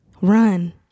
Run